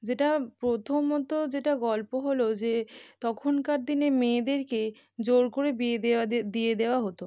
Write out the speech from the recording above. যেটা প্রথমত যেটা গল্প হলো যে তখনকার দিনে মেয়েদেরকে জোর করে বিয়ে দেওয়া দে দিয়ে দেওয়া হতো